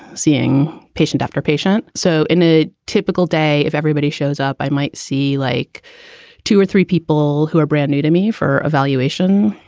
seeing patient after patient. so in a typical day, if everybody shows up, i might see like two or three people who are brand new to me for evaluation.